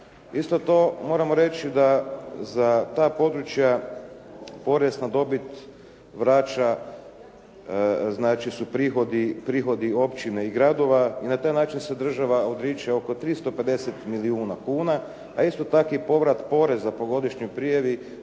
Isto to moramo reći da za ta područja porez na dobit vraća, znači su prihodi općina i gradova i na taj način se država odriče oko 350 milijuna kuna, a isto tako i povrat poreza po godišnjoj prijavi